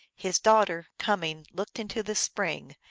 his daughter, coming, looked into the spring,